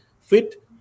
fit